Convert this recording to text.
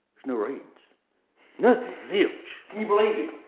no readings. nothing, zilch. can you believe it?